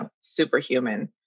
superhuman